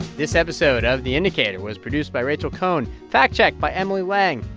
this episode of the indicator was produced by rachel cohn, fact-checked by emily lang,